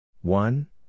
One